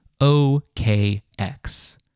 OKX